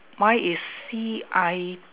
mine is C I